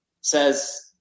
says